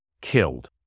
killed